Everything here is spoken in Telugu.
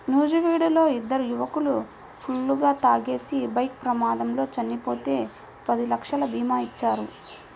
నూజివీడులో ఇద్దరు యువకులు ఫుల్లుగా తాగేసి బైక్ ప్రమాదంలో చనిపోతే పది లక్షల భీమా ఇచ్చారు